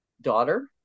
daughter